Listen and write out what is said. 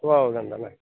আছোঁ আৰু যেনে তেনে